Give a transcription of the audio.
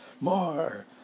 More